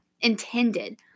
intended